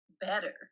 better